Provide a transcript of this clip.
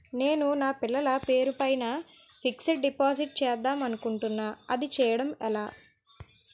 నేను నా పిల్లల పేరు పైన ఫిక్సడ్ డిపాజిట్ చేద్దాం అనుకుంటున్నా అది చేయడం ఎలా?